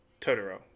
Totoro